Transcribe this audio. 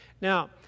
Now